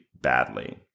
badly